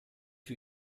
für